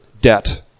debt